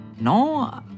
No